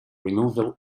removal